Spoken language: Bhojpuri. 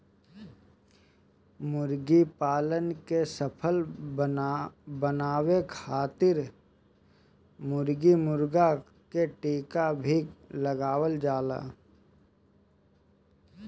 मुर्गीपालन के सफल बनावे खातिर मुर्गा मुर्गी के टीका भी लगावल जाला